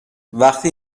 وقتی